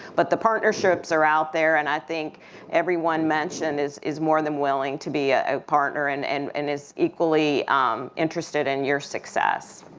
but the partnerships are out there and i think everyone mentioned is is more than willing to be a partner and and and is equally interested in your success.